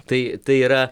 tai tai yra